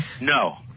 No